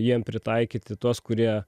jiem pritaikyti tuos kurie